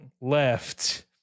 left